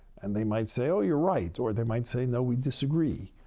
and they might say, oh, you're right, or they might say, no, we disagree.